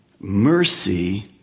mercy